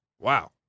Wow